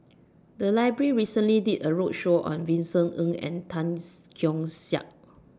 The Library recently did A roadshow on Vincent Ng and Tan Keong Saik